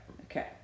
Okay